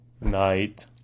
night